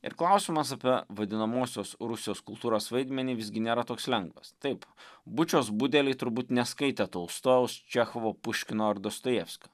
ir klausimas apie vadinamosios rusijos kultūros vaidmenį visgi nėra toks lengvas taip bučios budeliai turbūt neskaitė tolstojaus čechovo puškino ar dostojevskio